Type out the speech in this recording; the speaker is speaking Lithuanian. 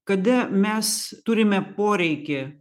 kada mes turime poreikį